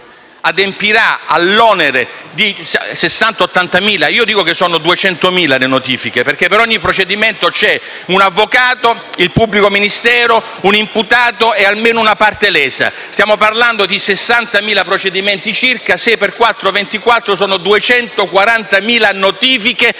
adempirà all'onere di 60.000-80.000 notifiche. Io dico che, invece, sono 200.000 le notifiche perché per ogni procedimento c'è un avvocato, il pubblico ministero, un imputato e almeno una parte lesa. Stiamo parlando di 60.000 procedimenti circa: 6 per 4 fa 24; sono 240.000 notifiche